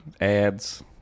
ads